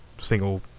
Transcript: single